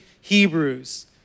Hebrews